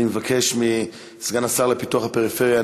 אני מבקש מסגן השר לפיתוח הפריפריה,